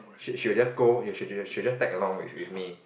she she will just go she she will just tag along with me